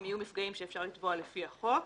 הם יהיו מפגעים שאפשר לתבוע לפי החוק.